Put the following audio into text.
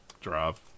drive